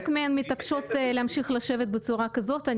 מהן מתעקשות להמשיך לשבת בצורה כזאת,